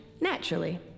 Naturally